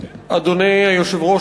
אדוני היושב-ראש,